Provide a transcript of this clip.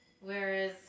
whereas